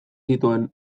zituen